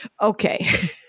Okay